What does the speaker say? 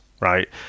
right